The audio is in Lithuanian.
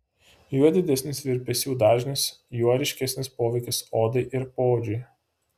juo didesnis virpesių dažnis juo ryškesnis poveikis odai ir poodžiui